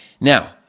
Now